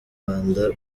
rwanda